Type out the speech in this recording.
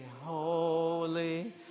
holy